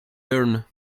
burn